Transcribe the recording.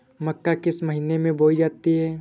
मक्का किस महीने में बोई जाती है?